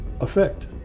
effect